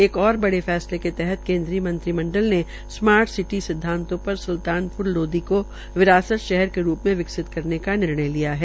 एक और बड़े फैसले के तहत केन्द्रीय मंत्रिमंडल ने स्मार्ट सिटी सिद्वांतों पर सुल्तानप्र लोदी को विरासत शहर के रूप में विकसित करने का निर्णय लिया है